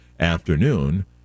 afternoon